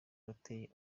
wateye